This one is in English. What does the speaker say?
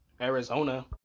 arizona